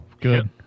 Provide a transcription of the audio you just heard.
Good